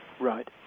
Right